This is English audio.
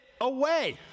away